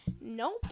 Nope